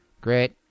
Great